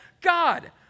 God